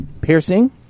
Piercing